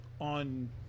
on